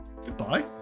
goodbye